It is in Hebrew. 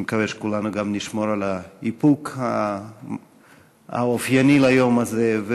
אני מקווה שכולנו גם נשמור על האיפוק האופייני ליום הזה.